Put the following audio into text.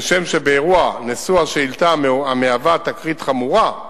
כשם שבאירוע מושא השאילתא, המהווה תקרית חמורה,